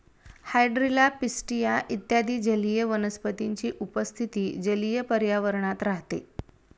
hydrilla, pistia इत्यादी जलीय वनस्पतींची उपस्थिती जलीय पर्यावरणात राहते